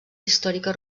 històrica